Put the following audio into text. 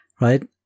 Right